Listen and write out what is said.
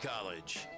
College